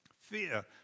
Fear